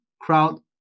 crowd